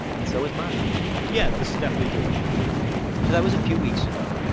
and so was mani yeah, this is definitely doable so that was a few weeks ago.